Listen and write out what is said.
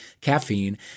caffeine